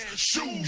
shit